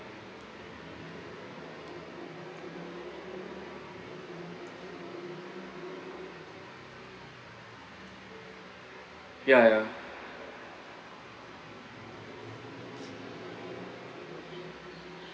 ya ya